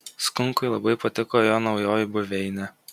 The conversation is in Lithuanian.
skunkui labai patiko jo naujoji buveinė